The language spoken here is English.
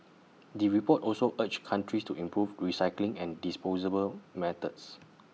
the report also urged countries to improve recycling and disposable methods